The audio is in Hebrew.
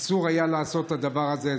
אסור היה לעשות את הדבר הזה.